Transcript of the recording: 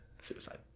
suicide